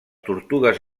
tortugues